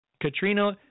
Katrina